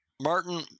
Martin